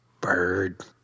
Bird